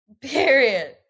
Period